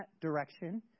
direction